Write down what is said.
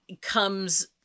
comes